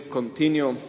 continue